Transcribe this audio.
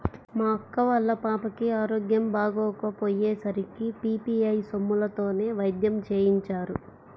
మా అక్క వాళ్ళ పాపకి ఆరోగ్యం బాగోకపొయ్యే సరికి పీ.పీ.ఐ సొమ్ములతోనే వైద్యం చేయించారు